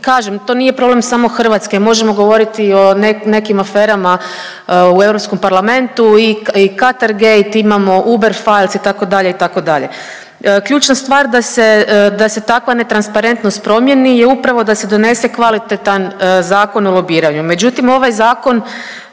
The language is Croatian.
kažem to nije problem samo Hrvatske možemo govoriti i o nekim aferama u Europskom parlamentu i Katar gate imamo, Uber …/Govornica se ne razumije./… itd. itd. Ključna stvar da se takva netransparentnost promijeni je upravo da se donese kvalitetan Zakon o lobiranju, međutim ovaj zakon